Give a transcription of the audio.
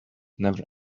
never